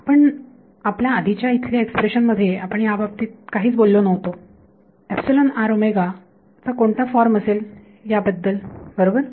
sir आपल्या आधीच्या इथल्या एक्सप्रेशन मध्ये आपण याबाबतीत काहीच बोललो नाही चा कोणता फॉर्म असेल याबद्दल बरोबर